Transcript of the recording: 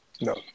No